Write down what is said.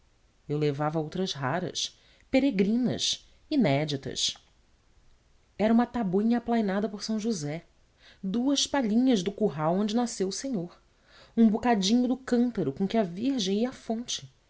eu levava-lhe outras raras peregrinas inéditas era uma tabuinha aplainada por são josé duas palhinhas do curral onde nasceu o senhor um bocadinho do cântaro com que a virgem ia à fonte